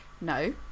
no